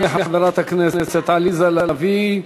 תודה לחברת הכנסת עליזה לביא.